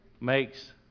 makes